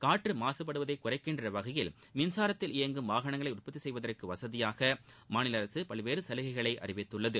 காற்று மாகபடுவதை குறைக்கின்ற வகையில் மின்சாரத்தில் இயங்கும் வாகனங்களை உற்பத்தி செய்வதற்கு வசதியாக மாநில அரசு பல்வேறு சலுகைகளை அறிவித்துள்ளது